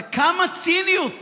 אבל כמה ציניות